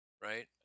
Right